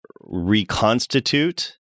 reconstitute